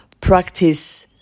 practice